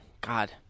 god